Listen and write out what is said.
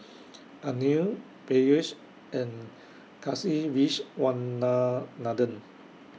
Anil Peyush and